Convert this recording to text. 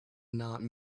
not